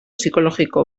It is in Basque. psikologiko